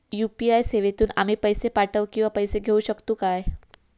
UPI सेवेतून आम्ही पैसे पाठव किंवा पैसे घेऊ शकतू काय?